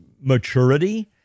maturity